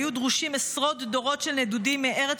היו דרושים עשרות דורות של נדודים מארץ